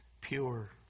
pure